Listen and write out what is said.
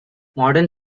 modern